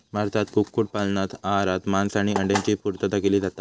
भारतात कुक्कुट पालनातना आहारात मांस आणि अंड्यांची पुर्तता केली जाता